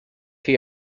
chi